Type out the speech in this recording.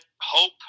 hope